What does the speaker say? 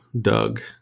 Doug